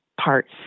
parts